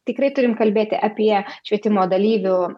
tikrai turim kalbėti apie švietimo dalyvių